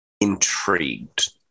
intrigued